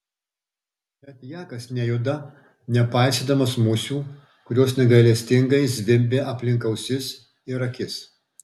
net jakas nejuda nepaisydamas musių kurios negailestingai zvimbia aplink ausis ir akis